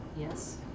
Yes